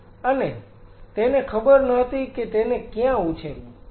અને તેને ખબર ન હતી કે તેને ક્યાં ઉછેરવું